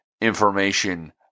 information